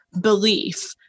belief